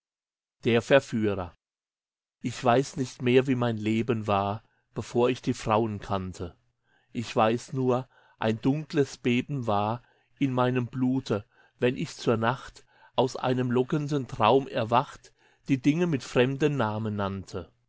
sein zorn ich weiß nicht mehr wie mein leben war bevor ich die frauen kannte ich weiß nur ein dunkles beben war in meinem blute wenn ich zur nacht aus einem lockenden traum erwacht die dinge mit fremden namen nannte